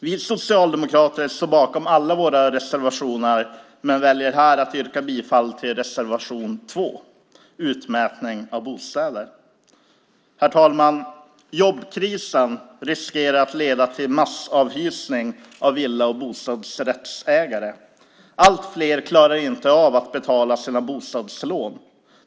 Vi socialdemokrater står bakom alla våra reservationer men väljer här att yrka bifall till reservation 2, Utmätning av bostäder. Herr talman! Jobbkrisen riskerar att leda till massavhysning av villa och bostadsrättsägare. Allt fler klarar inte av att betala sina bostadslån.